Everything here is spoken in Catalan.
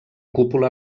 cúpula